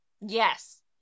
Yes